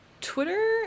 Twitter